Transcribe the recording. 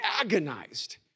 agonized